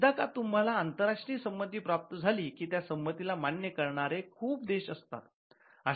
एकदा का तुम्हाला आंतरराष्ट्रीय संमती प्राप्त झाली कि त्या संमतीला मान्य करणारे खूप देश असतात